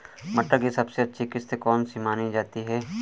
मटर की सबसे अच्छी किश्त कौन सी मानी जाती है?